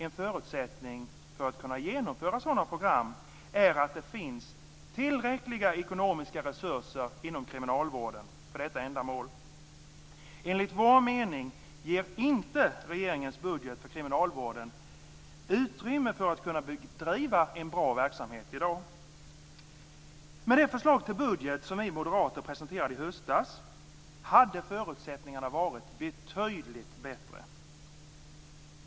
En förutsättning för att kunna genomföra sådana program är att det finns tillräckliga ekonomiska resurser inom kriminalvården för detta ändamål. Enligt vår mening ger regeringens budget för kriminalvården i dag inte utrymme för att bedriva en bra verksamhet. Med det förslag till budget som vi moderater presenterade i höstas hade förutsättningarna varit betydligt bättre.